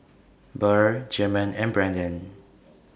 Burr German and Branden